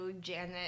Janet